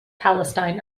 palestine